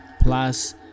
Plus